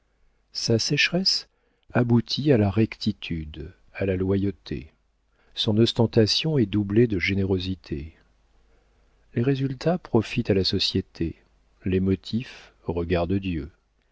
sa sécheresse aboutit à la rectitude à la loyauté son ostentation est doublée de générosité les résultats profitent à la société les motifs regardent dieu